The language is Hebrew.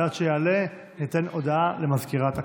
ועד שיעלה, ניתן הודעה למזכירת הכנסת.